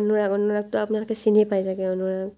অনুৰাগ অনুৰাগটো আপোনালোকে চিনিয়ে পাই চাগে অনুৰাগ